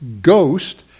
ghost